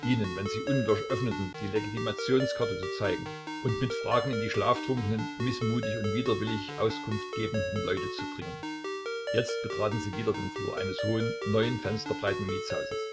ihnen wenn sie unwirsch öffneten die legitimationskarte zu zeigen und mit fragen in die schlaftrunken mißmutig und widerwillig auskunft gebenden leute zu dringen jetzt betraten sie wieder den flur eines hohen neun fenster breiten mietshauses